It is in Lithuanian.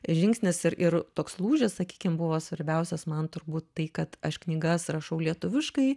žingsnis ir ir toks lūžis sakykim buvo svarbiausias man turbūt tai kad aš knygas rašau lietuviškai